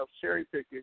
cherry-picking